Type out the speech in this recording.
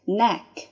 neck